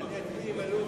נתקבל.